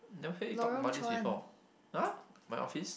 never hear you talk about this before !huh! my office